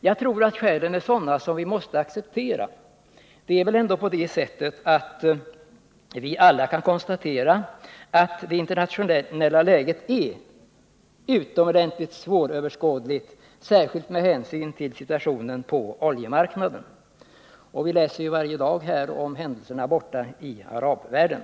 Jag tycker att skälen är sådana att vi måste acceptera dem. Det är väl ändå så att vi alla kan konstatera att det internationella läget är utomordentligt svåröverskådligt, särskilt med hänsyn till situationen på oljemarknaden — vi kan varje dag läsa om händelserna i arabvärlden.